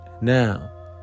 now